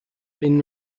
been